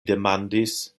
demandis